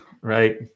right